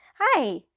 Hi